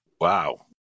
Wow